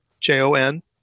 J-O-N